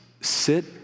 sit